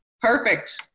Perfect